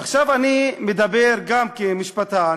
עכשיו אני מדבר גם כמשפטן,